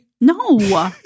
No